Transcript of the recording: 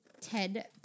ted